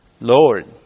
Lord